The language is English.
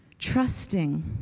trusting